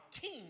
king